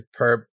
Perp